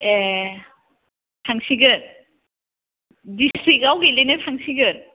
ए थांसिगोन डिस्ट्रिकआव गेलेनो थांसिगोन